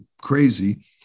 crazy